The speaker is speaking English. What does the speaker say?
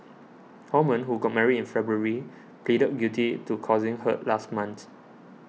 Holman who got married in February pleaded guilty to causing hurt last month